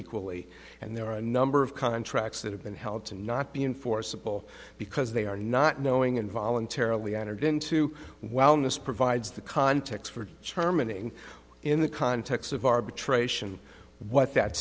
equally and there are a number of contracts that have been held to not be enforceable because they are not knowing and voluntarily entered into wellness provides the context for terminating in the context of arbitration what that